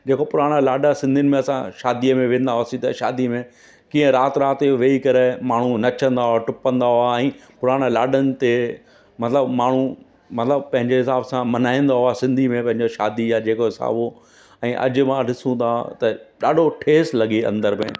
जेको पुराणा लाॾा सिंधियुनि में असां शादीअ में वेंदा हुआसीं त शादी में कीअं राति राति जो वेही करे माण्हू नचंदा हुआ टपंदा हुआ ई पुराणा लाॾनि ते मतिलबु माण्हू मतिलबु पंहिंजे हिसाब सां मल्हाईंदा हुआ सिंधी में पंहिंजो शादी जा जेका असां हुओ ऐं अॼु मां ॾिसूं था त ॾाढो ठेसि लॻे अंदरि में